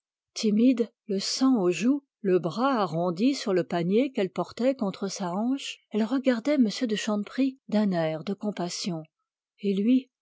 timide le sang aux joues le bras arrondi sur le panier qu'elle portait contre sa hanche elle regardait m de chanteprie d'un air de compassion et lui